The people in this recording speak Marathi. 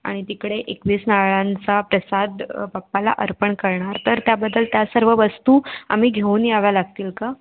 आणि तिकडे एकवीस नारळांचा प्रसाद बाप्पाला अर्पण करणार तर त्याबद्दल त्या सर्व वस्तू आम्ही घेऊन याव्या लागतील का